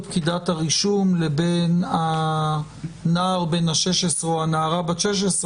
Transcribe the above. פקידת הרישום לבין הנער בן ה-16 או הנערה בת ה-16,